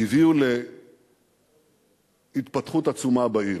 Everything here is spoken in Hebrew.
הביאו להתפתחות עצומה בעיר.